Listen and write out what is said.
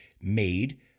made